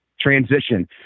transition